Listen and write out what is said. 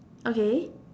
okay